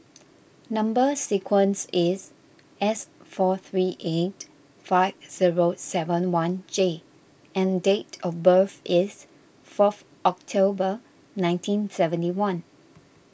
Number Sequence is S four three eight five zero seven one J and date of birth is fourth October nineteen seventy one